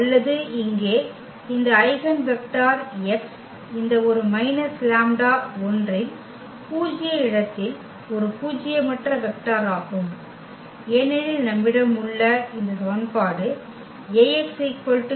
அல்லது இங்கே இந்த ஐகென் வெக்டர் x இந்த ஒரு மைனஸ் லாம்ப்டா I இன் பூஜ்ய இடத்தில் ஒரு பூஜ்யமற்ற வெக்டர் ஆகும் ஏனெனில் நம்மிடம் உள்ள இந்த சமன்பாடு l Ax